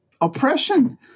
Oppression